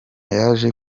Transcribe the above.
yaje